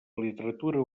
literatura